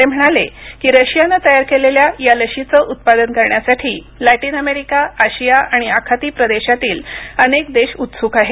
ते म्हणाले की रशियानं तयार केलेल्या या लशीचं उत्पादन करण्यासाठी लॅटीन अमेरिका आशिया आणि आखाती प्रदेशातील अनेक देश उत्सुक आहेत